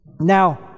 now